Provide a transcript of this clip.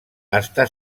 està